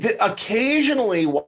Occasionally